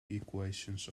equations